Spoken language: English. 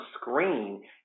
screen